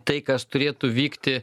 tai kas turėtų vykti